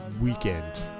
weekend